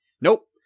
nope